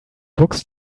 books